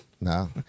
No